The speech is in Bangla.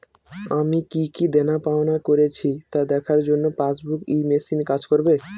আমি কি কি দেনাপাওনা করেছি তা দেখার জন্য পাসবুক ই মেশিন কাজ করবে?